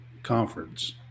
Conference